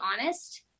honest